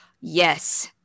Yes